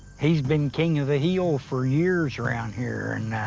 he's been king of the hill for years around here,